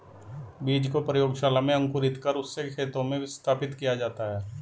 बीज को प्रयोगशाला में अंकुरित कर उससे खेतों में स्थापित किया जाता है